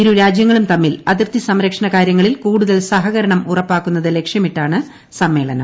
ഇരു രാജൃങ്ങളും തമ്മിൽ അതിർത്തി സംരക്ഷണ കാരൃങ്ങളിൽ കൂടുതൽ സഹകരണം ഉറപ്പാക്കുന്നത് ലക്ഷ്യിമിട്ടാണ് സമ്മേളനം